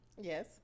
Yes